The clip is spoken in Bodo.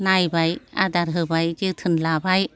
नायबाय आदार होबाय जोथोन लाबाय